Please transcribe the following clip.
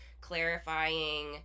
clarifying